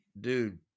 dude